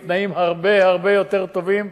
עם תנאים הרבה הרבה יותר טובים,